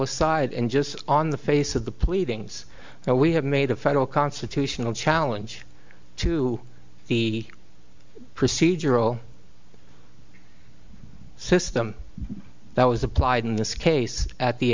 aside and just on the face of the pleadings now we have made a federal constitutional challenge to the procedural system that was applied in this case at the